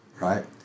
right